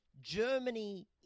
Germany